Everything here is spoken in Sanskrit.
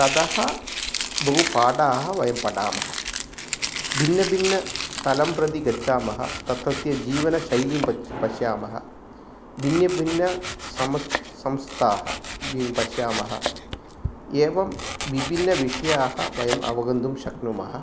ततः बहु पाठाः वयं पठामः भिन्न भिन्न स्थलं प्रति गच्छामः तत्रत्य जीवनशैलिं पच् पश्यामः भिन्न भिन्न संस्थाः ब् पश्यामः एवं विभिन्नाः विषयाः वयं अवगन्तुं शक्नुमः